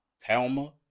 Talma